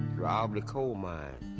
robbed a coal mine.